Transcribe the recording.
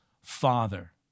father